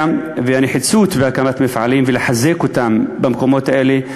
והנחיצות בהקמת מפעלים ובחיזוקם במקומות האלה,